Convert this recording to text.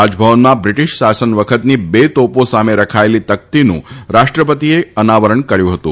રાજભવનમાં બ્રિટીશ શાસન વખતની બે તોપો સામે રખાયેલી તકતીનું રાષ્ટ્રપતિએ અનાવરણ કર્થું હતું